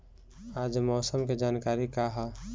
आज मौसम के जानकारी का ह?